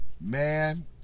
Man